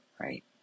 Right